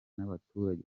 n’abaturage